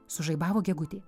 sužaibavo gegutė